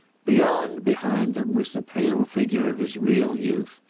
beyond, behind them was the pale figure of his real youth,